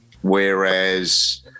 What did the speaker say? whereas